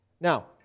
Now